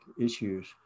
issues